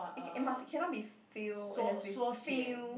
okay eh must cannot be feel it has be feel